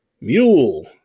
Mule